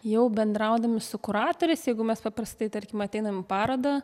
jau bendraudami su kuratoriais jeigu mes paprastai tarkim ateinam į parodą